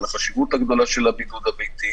על החשיבות הגדולה של הבידוד הביתי,